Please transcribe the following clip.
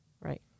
Right